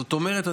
זאת אומרת,